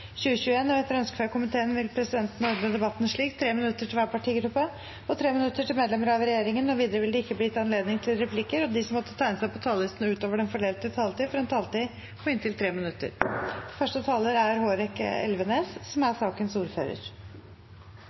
minutter til medlemmer av regjeringen. Videre vil det ikke bli gitt anledning til replikker, og de som måtte tegne seg på talerlisten utover den fordelte taletid, får også en taletid på inntil 3 minutter. Også for Ombudsmannsnemnda for Forsvaret har 2020 i høyeste grad vært et unntaksår. Som det ble nevnt i den forrige debatten, er